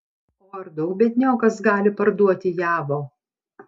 o ar daug biedniokas gali parduoti javo